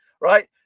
right